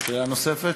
שאלה נוספת?